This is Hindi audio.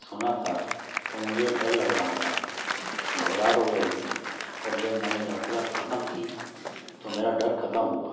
सुना था तो मुझे डर लग रहा था घबराहट हो रही थी और मैंने जब यात्रा खत्म की तो मेरा डर खत्म हुआ